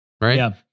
right